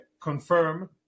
confirm